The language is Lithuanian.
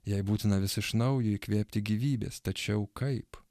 jai būtina vis iš naujo įkvėpti gyvybės tačiau kaip